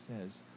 says